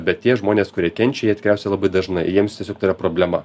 bet tie žmonės kurie kenčia jie tikriausiai labai dažnai jiems tiesiog tai yra problema